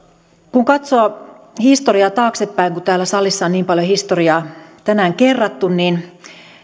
kun katsoo historiaa taaksepäin kun täällä salissa on niin paljon historiaa tänään kerrattu niin